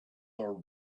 are